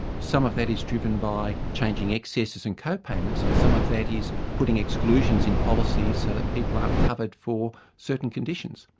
some of that is driven by changing excesses and co-payments and some of that is putting exclusions in policies so that people aren't covered for certain conditions.